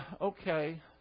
Okay